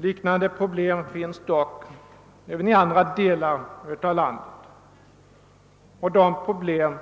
Liknande problem finns dock även i andra delar av landet, och de problem